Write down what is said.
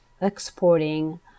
exporting